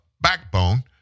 backbone